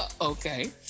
Okay